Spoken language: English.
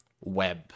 web